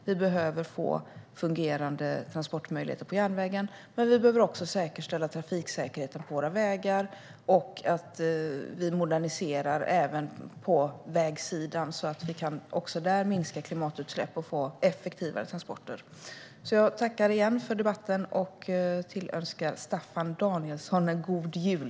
Vi behöver få fungerande transportmöjligheter på järnvägen, men vi behöver också säkerställa trafiksäkerheten på våra vägar och att vi moderniserar även på vägsidan så att vi också där kan minska klimatutsläpp och få effektivare transporter. Jag tackar igen för debatten och tillönskar Staffan Danielsson en god jul!